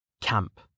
Camp